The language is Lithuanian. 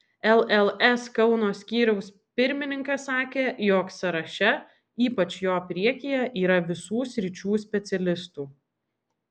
lls kauno skyriaus pirmininkas sakė jog sąraše ypač jo priekyje yra visų sričių specialistų